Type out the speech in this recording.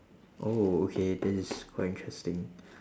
oh okay that is quite interesting